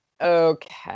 Okay